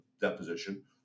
deposition